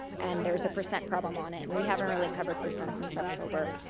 and there's a percent problem on it. and we haven't really covered percents since october.